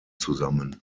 zusammen